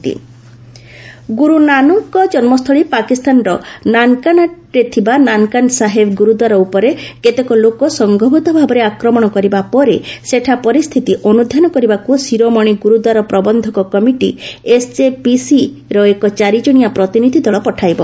SGPC Nankana Sahib ଗୁରୁନାନକଙ୍କ ଜନ୍ମସ୍ଥଳୀ ପାକିସ୍ତାନର ନାନ୍କାନାରେ ଥିବା ନାନ୍କାନା ସାହେବ ଗ୍ରର୍ଦ୍ୱାର ଉପରେ କେତେକ ଲୋକ ସଂଘବଦ୍ଧ ଭାବେ ଆକ୍ରମଣ କରିବା ପରେ ସେଠା ପରିସ୍ଥିତି ଅନ୍ତ୍ୟାନ କରିବାକୁ ଶିରୋମଣି ଗ୍ରରଦ୍ୱାର ପ୍ରବନ୍ଧକ କମିଟି ଏସ୍ଜିପିସି ଏକ ଚାରିଜଣିଆ ପ୍ରତିନିଧ୍ୟ ଦଳ ପଠାଇବ